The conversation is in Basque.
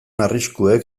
arriskuek